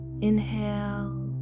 Inhale